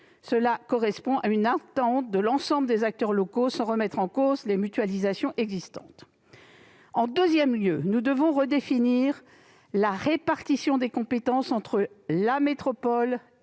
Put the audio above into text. serait satisfaite une attente de l'ensemble des acteurs locaux sans remettre en cause les mutualisations existantes. En deuxième lieu, nous devons redéfinir la répartition des compétences entre la métropole et les conseils